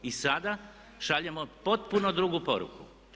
I sada šaljemo potpuno drugu poruku.